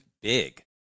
big